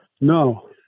No